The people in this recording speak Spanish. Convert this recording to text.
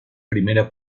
primera